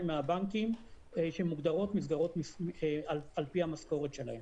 מהבנקים שמוגדרות מסגרות על פי המשכורת שלהם.